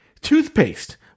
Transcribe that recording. Toothpaste